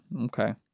Okay